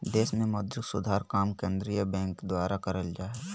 देश मे मौद्रिक सुधार काम केंद्रीय बैंक द्वारा करल जा हय